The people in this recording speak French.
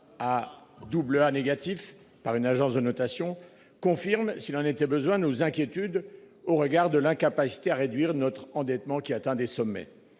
à double A négatif par une agence de notation confirme, s'il en était besoin nos inquiétudes au regard de l'incapacité à réduire notre endettement qui atteint des sommets.